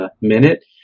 minute